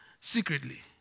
secretly